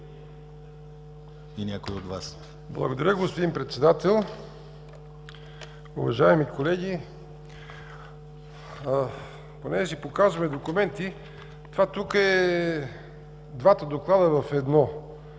ТОШЕВ (ГЕРБ): Благодаря, господин Председател. Уважаеми колеги, понеже си показваме документи, това тук са двата доклада в едно